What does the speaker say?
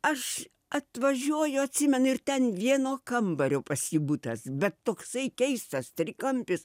aš atvažiuoju atsimenu ir ten vieno kambario pas jį butas bet toksai keistas trikampis